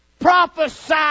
Prophesy